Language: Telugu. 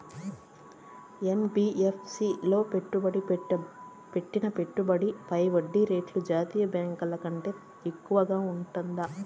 యన్.బి.యఫ్.సి లో పెట్టిన పెట్టుబడి పై వడ్డీ రేటు జాతీయ బ్యాంకు ల కంటే ఎక్కువగా ఉంటుందా?